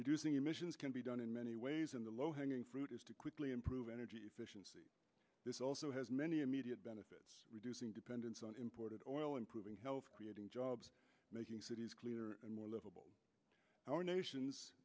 reducing emissions can be done in many ways and the low hanging fruit is to quickly improve energy efficiency this also has many immediate benefits reducing dependence on imported oil improving health creating jobs making cities cleaner and more livable our nation